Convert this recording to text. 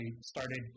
started